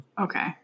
Okay